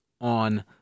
on